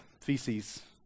Feces